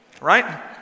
right